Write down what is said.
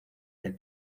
del